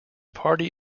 party